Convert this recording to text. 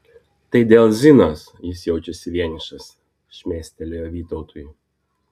tai dėl zinos jis jaučiasi vienišas šmėstelėjo vytautui